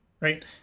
right